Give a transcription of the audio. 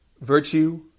virtue